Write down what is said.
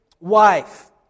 wife